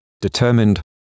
determined